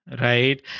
right